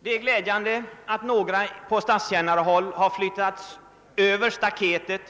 Det är glädjande att några statsanställda har flyttats över staketet